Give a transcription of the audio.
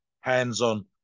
hands-on